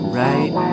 right